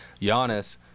Giannis